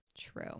True